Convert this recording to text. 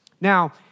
Now